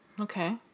Okay